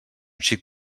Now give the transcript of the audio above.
xic